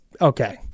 okay